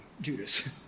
Judas